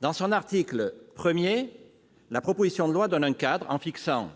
Dans son article 1, la proposition de loi donne un cadre, en fixant